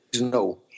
no